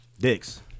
Dicks